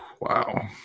Wow